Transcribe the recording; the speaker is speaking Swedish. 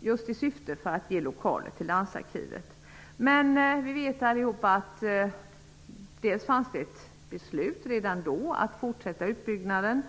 i syfte att ge lokaler till landsarkivet. Men vi vet alla att det fanns ett beslut redan då att fortsätta utbyggnaden.